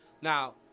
Now